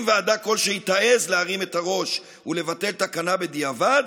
אם ועדה כלשהי תעז להרים את הראש ולבטל תקנה בדיעבד,